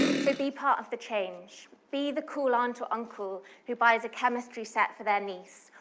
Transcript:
so be part of the change. be the cool aunt or uncle who buys a chemistry set for their niece,